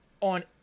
on